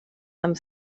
amb